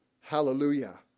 hallelujah